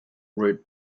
route